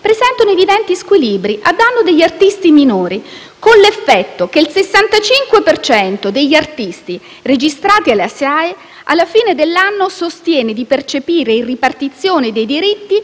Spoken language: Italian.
presentano evidenti squilibri a danno degli artisti minori, con l'effetto che il 65 per cento degli artisti registrati alla SIAE, alla fine dell'anno, sostiene di percepire in ripartizione dei diritti